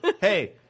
Hey